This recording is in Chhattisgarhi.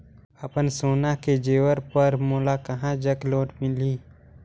अपन सोना के जेवर पर मोला कहां जग लोन मिलही?